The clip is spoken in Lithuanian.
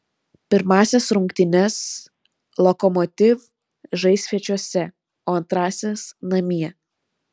pirmąsias rungtynes lokomotiv žais svečiuose o antrąsias namie